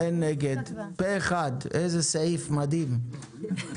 הצבעה בעד, פה אחד סעיף 1 אושר.